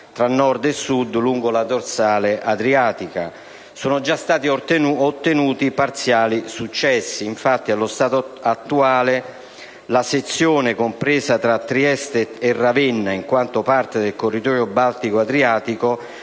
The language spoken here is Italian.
tra Nord e Sud lungo la dorsale adriatica. Sono già stati ottenuti parziali successi. Infatti, allo stato attuale, la sezione compresa tra Trieste e Ravenna, in quanto parte del corridoio Baltico-Adriatico,